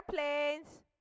airplanes